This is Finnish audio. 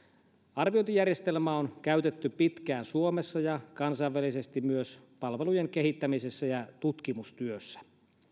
arviointijärjestelmää on käytetty pitkään suomessa ja kansainvälisesti myös palvelujen kehittämisessä ja tutkimustyössä